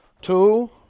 two